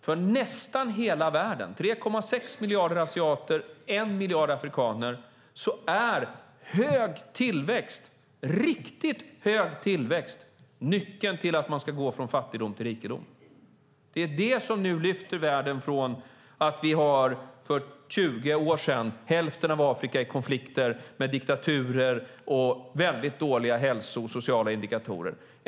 För nästan hela världen - för 3,6 miljarder asiater och för 1 miljard afrikaner - är hög tillväxt, riktigt hög tillväxt, nyckeln till att man ska gå från fattigdom till rikedom. Det är det som nu lyfter världen från att vi har, för 20 år sedan, hälften av Afrika i konflikter med diktaturer och väldigt dåliga hälsoindikatorer och sociala indikatorer.